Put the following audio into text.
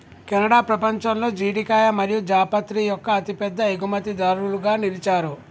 Canada పపంచంలో జీడికాయ మరియు జాపత్రి యొక్క అతిపెద్ద ఎగుమతిదారులుగా నిలిచారు